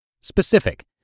Specific